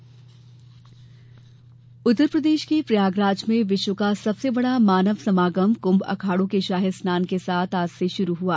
कुंभ उत्तरप्रदेश में प्रयागराज में विश्व का सबसे बड़ा मानव समागम कुम्भ अखाड़ों के शाही स्नान के साथ आज से शुरु हआ